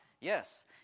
Yes